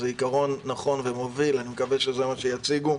זה עיקרון נכון ומוביל ואני מקווה שזה מה שיציגו.